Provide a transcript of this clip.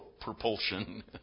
propulsion